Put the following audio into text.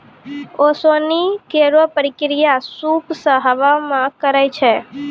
ओसौनी केरो प्रक्रिया सूप सें हवा मे करै छै